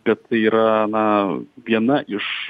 bet tai yra na viena iš